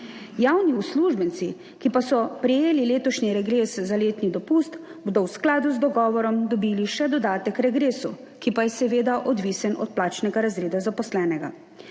Javni uslužbenci, ki pa so prejeli letošnji regres za letni dopust, bodo v skladu z dogovorom dobili še dodatek k regresu, ki pa je seveda odvisen od plačnega razreda zaposlenega,